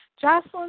Jocelyn